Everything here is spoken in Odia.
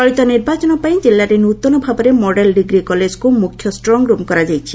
ଚଳିତ ନିର୍ବାଚନ ପାଇଁ କିଲ୍ଲାରେ ନ୍ତନ ଭାବରେ ମଡେଲ ଡିଗ୍ରୀ କଲେଜକୁ ମୁଖ୍ୟ ଷ୍ଟଙଗରୁମ୍ କରାଯାଇଛି